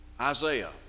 Isaiah